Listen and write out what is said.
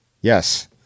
Yes